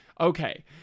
Okay